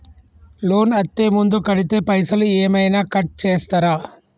Loan అత్తే ముందే కడితే పైసలు ఏమైనా కట్ చేస్తరా?